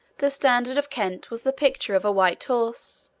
the standard of kent was the picture of a white horse.